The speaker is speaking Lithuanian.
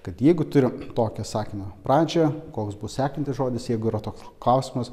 kad jeigu turim tokią sakinio pradžią koks bus sekantis žodis jeigu yra toks klausimas